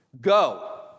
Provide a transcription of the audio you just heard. Go